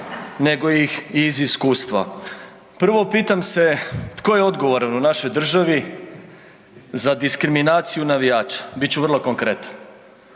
nego iz iskustva. Prvo pitam se tko je odgovoran u našoj državi za diskriminaciju navijača. Bit ću vrlo konkretan,